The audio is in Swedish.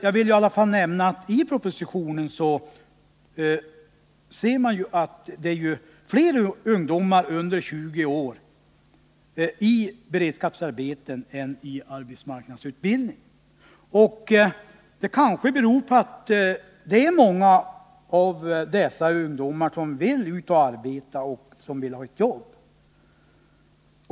Jag vill i alla fall nämna att det framgår av propositionen att det finns fler ungdomar under 20 år i beredskapsarbeten än i arbetsmarknadsutbildning. Det kanske beror på att många av dessa ungdomar vill ut och arbeta, alltså vill ha ett jobb.